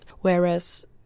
Whereas